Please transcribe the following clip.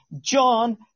John